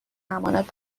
امانات